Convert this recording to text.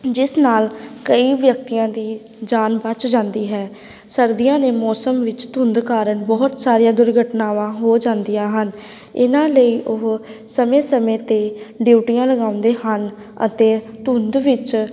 ਜਿਸ ਨਾਲ ਕਈ ਵਿਅਕਤੀਆਂ ਦੀ ਜਾਨ ਬਚ ਜਾਂਦੀ ਹੈ ਸਰਦੀਆਂ ਨੇ ਮੌਸਮ ਵਿੱਚ ਧੁੰਦ ਕਾਰਨ ਬਹੁਤ ਸਾਰੀਆਂ ਦੁਰਘਟਨਾਵਾਂ ਹੋ ਜਾਂਦੀਆਂ ਹਨ ਇਹਨਾਂ ਲਈ ਉਹ ਸਮੇਂ ਸਮੇਂ 'ਤੇ ਡਿਊਟੀਆਂ ਲਗਾਉਂਦੇ ਹਨ ਅਤੇ ਧੁੰਦ ਵਿੱਚ